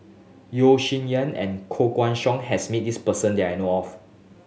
Yeo Shih Yun and Koh Guan Song has met this person that I know of